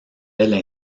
elles